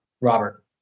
robert